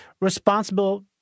responsible